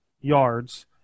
yards